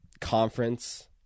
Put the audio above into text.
conference